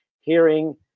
hearing